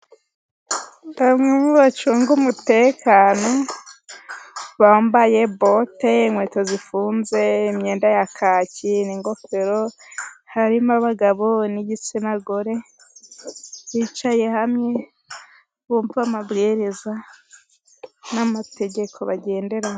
Aba nibamwe mu bacunga umutekano. Bambaye bote, inkweto zifunze, imyenda ya kaki n'ingofero. Harimo abagabo n'igitsina gore. Bicaye hamwe, bumva amabwiriza n'amategeko bagenderaho.